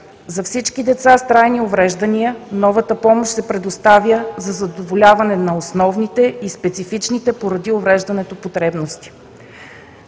За всички деца с трайни увреждания новата помощ се предоставя за задоволяване на основните и специфичните поради увреждането потребности.